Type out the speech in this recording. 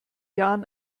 jahren